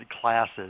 classes